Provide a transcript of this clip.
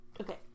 Okay